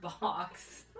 box